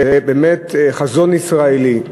זה באמת חזון ישראלי,